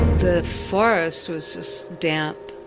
the forest was just damp.